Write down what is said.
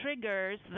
triggers